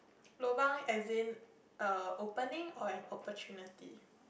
lobang as in uh opening or opportunity